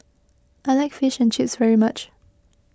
I like Fish and Chips very much